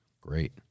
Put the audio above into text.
great